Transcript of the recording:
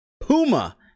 Puma